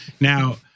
Now